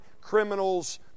criminals